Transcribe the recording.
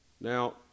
Now